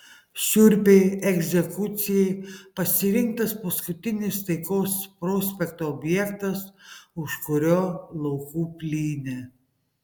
šiurpiai egzekucijai pasirinktas paskutinis taikos prospekto objektas už kurio laukų plynė